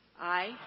Aye